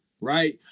right